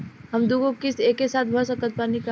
हम दु गो किश्त एके साथ भर सकत बानी की ना?